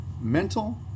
mental